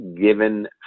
given